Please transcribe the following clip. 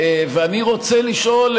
ואני רוצה לשאול,